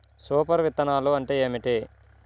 Super విత్తనాలు అంటే ఏమిటి?